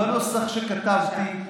בנוסח שכתבתי,